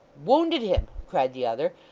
wounded him cried the other,